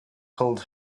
called